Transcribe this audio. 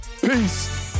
Peace